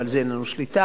על זה אין לנו שליטה,